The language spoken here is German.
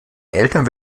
eltern